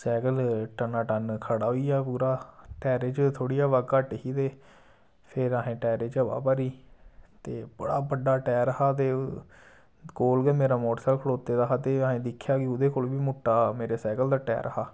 cycle टना टन खड़ा होई गेआ पूरा टैरे च थोड़ी हबा घट्ट ही ते फिर असें टैरें च हबा भरी ते बड़ा बड्डा टैर हा ते कोल गै मेरा मोटरसैकल खड़ौते दा हा ते असें दिक्खेआ कि ओहदे कोला बी मुट्टा मेरे सैकल दा टैर हा